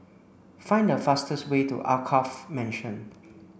find the fastest way to Alkaff Mansion